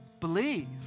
believe